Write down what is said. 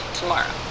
tomorrow